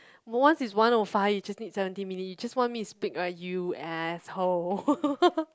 once it's one O five you just need seventeen minute you just want me to speak right you asshole